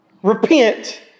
Repent